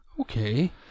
okay